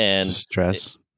Stress